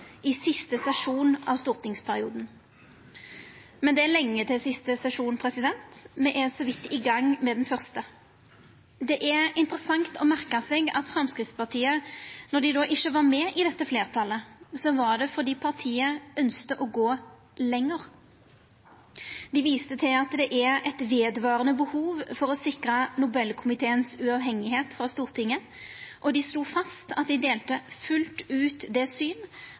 i siste sesjon av stortingsperioden. Men det er lenge til siste sesjon – me er så vidt i gang med den første. Det er interessant å merka seg at når Framstegspartiet ikkje var med i dette fleirtalet, var det fordi partiet ønskte å gå lenger. Dei viste til at det er eit vedvarande behov for å sikra Nobelkomiteens sjølvstende frå Stortinget, og dei slo fast at dei fullt ut delte det